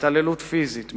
התעללות פיזית,